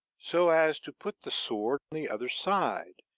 so as to put the sword the other side.